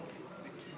חבר הכנסת